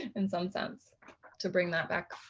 in some sense to bring that back.